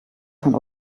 von